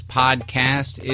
podcast